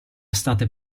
state